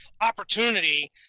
opportunity